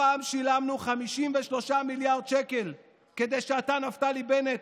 הפעם שילמנו 53 מיליארד שקל כדי שאתה, נפתלי בנט,